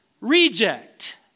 reject